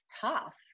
tough